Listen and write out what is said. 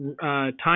time